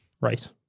right